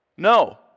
No